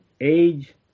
age